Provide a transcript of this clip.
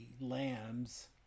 lambs